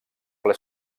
ple